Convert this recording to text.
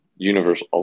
universe